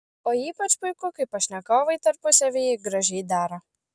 o ypač puiku kai pašnekovai tarpusavyje gražiai dera